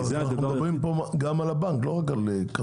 לא, אבל מדברים פה גם על הבנק, לא רק על...